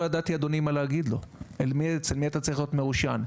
לא ידעתי להגיד לו אצל מי הוא צריך להיות מרושיין.